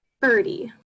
birdie